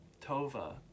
Tova